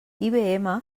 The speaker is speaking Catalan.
ibm